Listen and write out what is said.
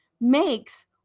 makes